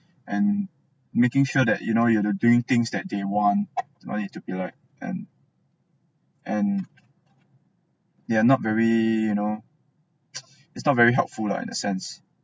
and making sure that you know you have doing things that they want no need to be like and and they are not very you know it's not very helpful lah in a sense